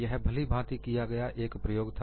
यह भली भांति किया गया एक प्रयोग था